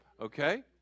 okay